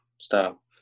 stop